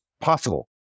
possible